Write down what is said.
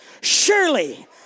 Surely